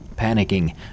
Panicking